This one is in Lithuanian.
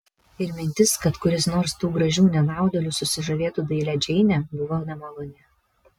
ir mintis kad kuris nors tų gražių nenaudėlių susižavėtų dailia džeine buvo nemaloni